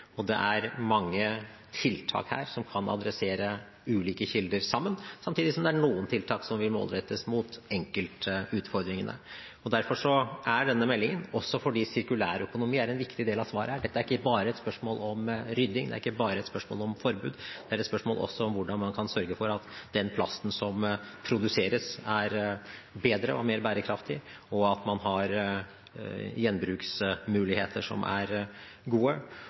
og det er mange tiltak her som kan adressere ulike kilder sammen, samtidig som det er noen tiltak som vil målrettes mot enkeltutfordringene. Sirkulær økonomi er en viktig del av svaret. Dette er ikke bare et spørsmål om rydding, det er ikke bare et spørsmål om forbud; det er også et spørsmål om hvordan man kan sørge for at den plasten som produseres, er bedre og mer bærekraftig, at man har gjenbruksmuligheter som er gode,